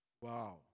Wow